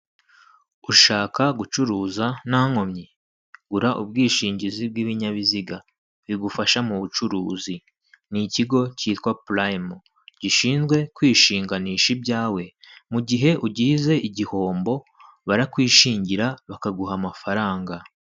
Ushaka gucuruza nta nkomyi gura ubwishingizi bw'ibinyabiziga bigufasha mu bucuruzi, ni ikigo cyitwa purayime gishinzwe kwishinganisha ibyawe mu gihe ugize igihombo barakwishingira bakaguha amafaranga.